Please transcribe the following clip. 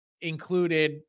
included